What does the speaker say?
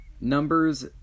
Numbers